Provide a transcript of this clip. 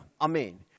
Amen